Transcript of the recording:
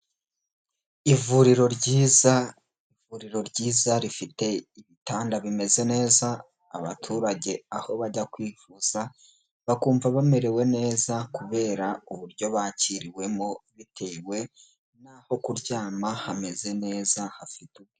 Ivuriro ryiza ivuriro ryiza rifite ibitanda bimeze neza abaturage aho bajya kwivuza bakumva bamerewe neza kubera uburyo bakiriwemo bitewe naho kuryama hameze neza hafite.